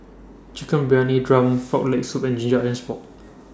Chicken Briyani Dum Frog Leg Soup and Ginger Onions Pork